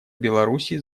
беларуси